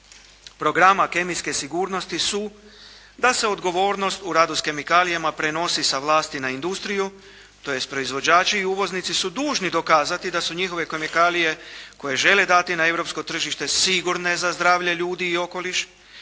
programa kemijske sigurnosti su da se odgovornost u radu s kemikalijama prenosi sa vlasti na industriju, tj. proizvođači i uvoznici su dužni dokazati da su njihove kemikalije koje žele dati na europsko tržište sigurne za zdravlje ljudi i okoliš,